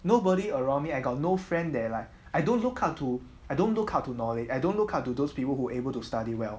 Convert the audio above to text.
nobody around me I got no friend that like I don't look up to I don't look up to knowledge I don't look up to those people who able to study well